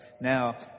Now